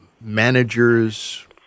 managers